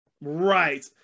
Right